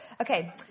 Okay